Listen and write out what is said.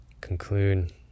conclude